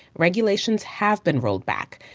regulations have been rolled back,